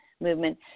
movement